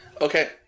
Okay